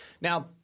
Now